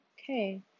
okay